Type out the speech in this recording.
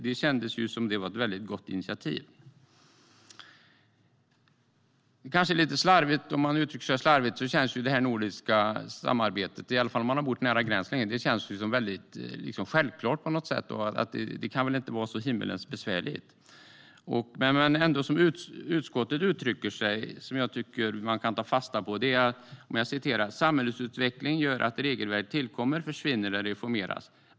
Det kändes som om det var ett väldigt gott initiativ. Om man uttrycker sig slarvigt känns det här nordiska samarbetet väldigt självklart på något sätt, i alla fall om man har bott nära en gräns länge. Det kan väl inte vara så himmelens besvärligt. Men som utskottet uttrycker det och som jag tycker att man kan ta fasta på: "Samhällsutvecklingen gör att regelverk tillkommer, försvinner eller reformeras.